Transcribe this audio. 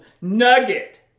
nugget